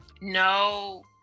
no